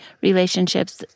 relationships